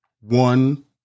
one